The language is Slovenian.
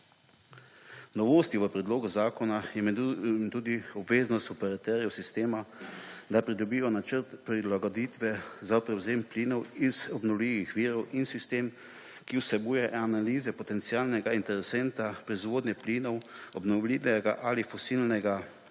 Novost v predlogu zakona je med drugim tudi obveznost operaterjev sistema, da pridobijo načrt prilagoditve za prevzem plinov iz obnovljivih virov v sistem, ki vsebuje analize potenciala in interesa proizvodnje plinov obnovljivega ali nefosilnega